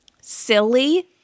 silly